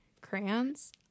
Crayons